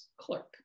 clerk